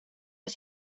oss